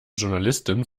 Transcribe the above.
journalistin